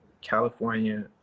california